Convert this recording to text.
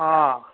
ಹಾಂ